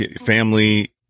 family